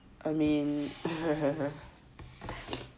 I mean